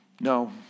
No